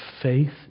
faith